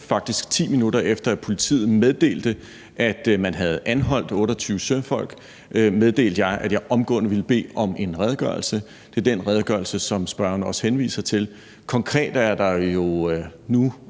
jeg, 10 minutter efter at politiet meddelte, at man havde anholdt 28 søfolk, at jeg omgående ville bede om en redegørelse. Det er den redegørelse, som spørgeren også henviser til. Konkret er der jo nu